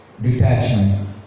Detachment